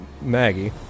Maggie